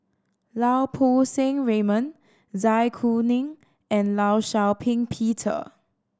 Lau Poo Seng Raymond Zai Kuning and Law Shau Ping Peter